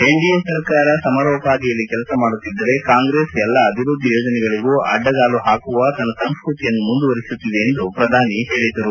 NDA ಸರ್ಕಾರ ಸಮರೋಪಾದಿಯಲ್ಲಿ ಕೆಲಸ ಮಾಡುತ್ತಿದ್ದರೆ ಕಾಂಗ್ರೆಸ್ ಎಲ್ಲ ಅಭಿವೃದ್ದಿ ಯೋಜನೆಗಳಿಗೂ ಅಡ್ಡಗಾಲು ಹಾಕುವ ತನ್ನ ಸಂಸ್ಕೃತಿಯನ್ನು ಮುಂದುವರಿಸುತ್ತಿದೆ ಎಂದು ಪ್ರಧಾನಿ ಹೇಳಿದರು